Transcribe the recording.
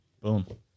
Boom